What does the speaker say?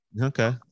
Okay